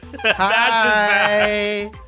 Hi